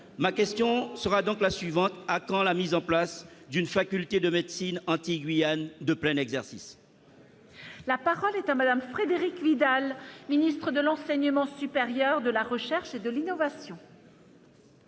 ma question sera donc la suivante : à quand la mise en place d'une faculté de médecine Antilles-Guyane de plein exercice. La parole est à madame Frédéric Widal, ministre de l'enseignement supérieur de la recherche de l'innovation.